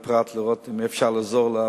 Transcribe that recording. ובפרט לראות אם אפשר לעזור לה.